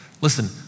listen